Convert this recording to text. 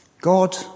God